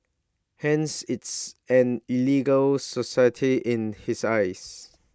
hence it's an illegal society in his eyes